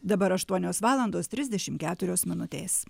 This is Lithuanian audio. dabar aštuonios valandos trisdešim keturios minutės